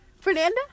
Fernanda